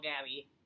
Gabby